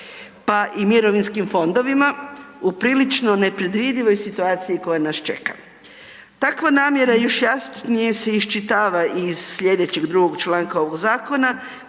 pa i mirovinskim fondovima u prilično nepredvidivoj situaciji koja nas čeka. Takva namjera još jasnije se iščitava iz slijedećeg drugog članka ovog zakona